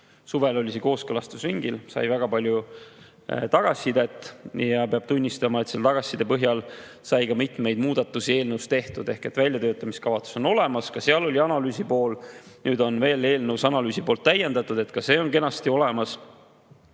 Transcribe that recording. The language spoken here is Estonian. Suvel oli see kooskõlastusringil, sai väga palju tagasisidet ja peab tunnistama, et selle tagasiside põhjal sai ka mitmeid muudatusi eelnõus tehtud. Väljatöötamiskavatsus on olemas, ka seal oli analüüsi pool, nüüd on eelnõus analüüsi poolt veel täiendatud, nii et ka see on kenasti olemas.